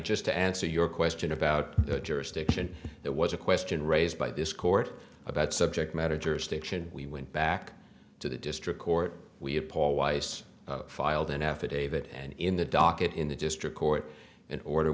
just to answer your question about the jurisdiction that was a question raised by this court about subject matter jurisdiction we went back to the district court we have paul weiss filed an affidavit and in the docket in the district court an order